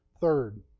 Third